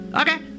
okay